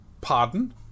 Pardon